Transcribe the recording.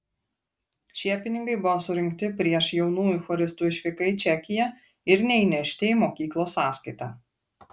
šie pinigai buvo surinkti prieš jaunųjų choristų išvyką į čekiją ir neįnešti į mokyklos sąskaitą